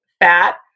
fat